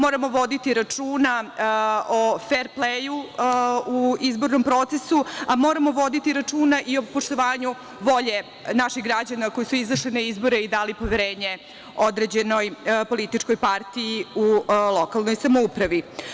Moramo voditi računa o fer pleju u izbornom procesu, a moramo voditi računa i o poštovanju volje naših građana koji su izašli na izbore i dali poverenje određenoj političkoj partiji u lokalnoj samoupravi.